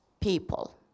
people